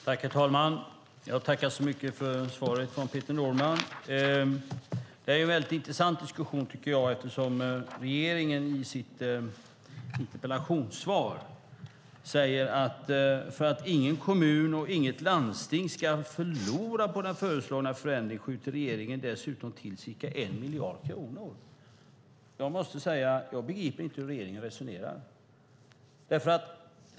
Herr talman! Jag tackar så mycket för svaret från Peter Norman. Detta är en mycket intressant diskussion eftersom regeringen i sitt interpellationssvar säger: "För att ingen kommun och inget landsting ska förlora på den föreslagna förändringen skjuter regeringen dessutom till ca 1 miljard kronor." Jag begriper inte hur regeringen resonerar.